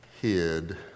hid